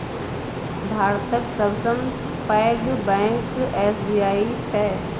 भातक सबसँ पैघ बैंक एस.बी.आई छै